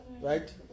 Right